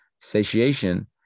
satiation